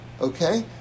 Okay